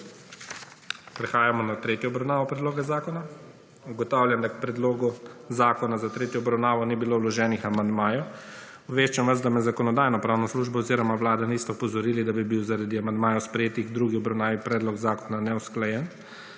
Prehajamo na tretjo obravnavo predloga zakona. Ugotavljam, da k predlogu zakona za tretjo obravnavo ni bilo vloženih amandmajev. Obveščam vas, da me Zakonodajno-pravna služba oziroma vlada nista opozorili, da bi bil zaradi sprejetih amandmajev predlog zakona neusklajen.